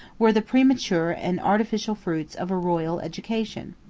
were the premature and artificial fruits of a royal education.